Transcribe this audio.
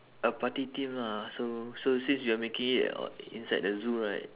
a party theme lah so so since you're making it o~ inside a zoo right